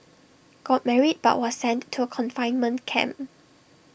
got married but was sent to A confinement camp